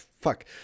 fuck